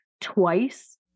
twice